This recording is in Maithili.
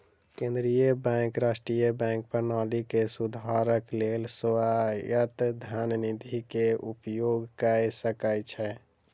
केंद्रीय बैंक राष्ट्रीय बैंक प्रणाली के सुधारक लेल स्वायत्त धन निधि के उपयोग कय सकै छै